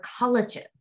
collagen